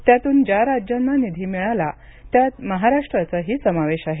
त्यातून ज्या राज्यांना निधी मिळाला त्यात महाराष्ट्राचाही समावेश आहे